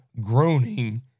groaning